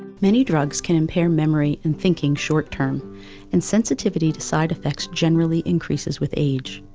many drugs can impair memory and thinking short-term and sensitivity to side effects generally increases with age.